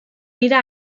dira